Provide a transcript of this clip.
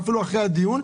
יש המקום ליד אלעד,